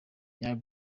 young